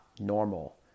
normal